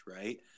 right